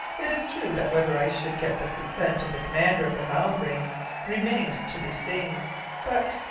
it is true that whether i should get the consent of the commander of the halbrane remained to be seen but,